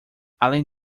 além